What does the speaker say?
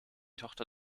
tochter